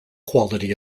quality